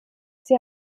sie